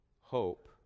hope